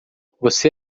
você